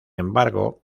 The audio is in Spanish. embargo